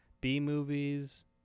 B-movies